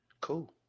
Cool